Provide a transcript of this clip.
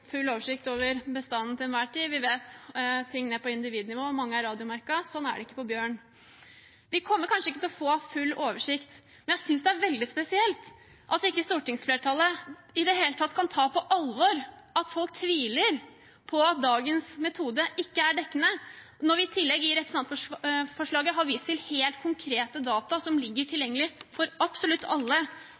full oversikt over bestanden til enhver tid. Vi vet ting ned på individnivå, og mange er radiomerket. Sånn er det ikke med bjørn. Vi kommer kanskje ikke til å få full oversikt, men jeg synes det er veldig spesielt at ikke stortingsflertallet i det hele tatt kan ta på alvor at folk tviler på at dagens metode er dekkende. Nå har vi i tillegg i representantforslaget vist til helt konkrete data som ligger tilgjengelig for absolutt alle,